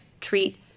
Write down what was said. treat